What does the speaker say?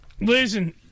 Listen